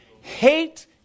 Hate